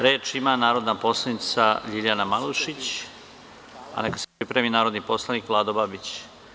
Reč ima narodna poslanica Ljiljana Malušić, a neka se pripremi narodni poslanik Vlado Babić.